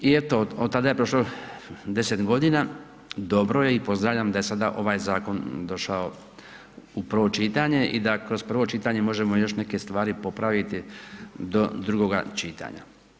I eto od tada je prošlo 10 godina, dobro je i pozdravljam da je sada ovaj zakon došao u prvo čitanje i da kroz prvo čitanje možemo još neke stvari popraviti do drugoga čitanja.